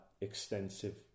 Extensive